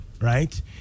right